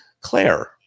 Claire